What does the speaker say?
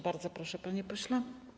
Bardzo proszę, panie pośle.